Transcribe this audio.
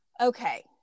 Okay